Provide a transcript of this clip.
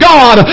God